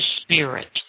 spirit